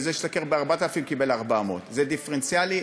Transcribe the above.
וזה שהשתכר 4,000 קיבל 400. זה דיפרנציאלי,